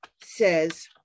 says